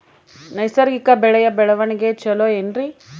ನೈಸರ್ಗಿಕ ಬೆಳೆಯ ಬೆಳವಣಿಗೆ ಚೊಲೊ ಏನ್ರಿ?